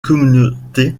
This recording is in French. communauté